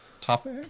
topic